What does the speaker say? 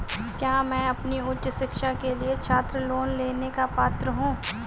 क्या मैं अपनी उच्च शिक्षा के लिए छात्र लोन लेने का पात्र हूँ?